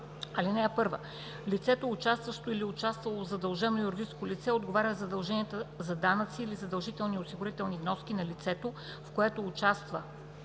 Чл. 19а. (1) Лицето, участващо или участвало в задължено юридическо лице, отговаря за задълженията за данъци или задължителни осигурителни вноски на лицето, в което участва/е